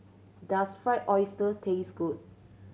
does Fried Oyster taste good